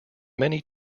many